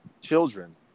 children